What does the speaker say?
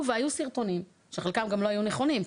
והיו סרטונים שחלקם גם לא היו נכונים.